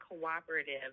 cooperative